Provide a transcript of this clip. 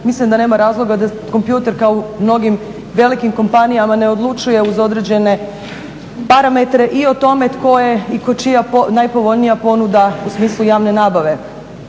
mislim da nema razloga da kompjuter kao u mnogim velikim kompanijama ne odlučuje uz određene parametre i o tome tko je i čija je najpovoljnija ponuda u smislu javne nabave.